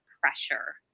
pressure